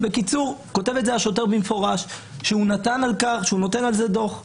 כותב את זה השוטר במפורש שהוא נותן על זה דוח.